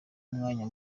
umwanya